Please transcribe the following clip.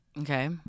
Okay